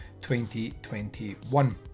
2021